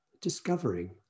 discovering